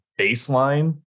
baseline